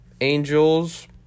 Angels